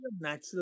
natural